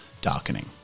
darkening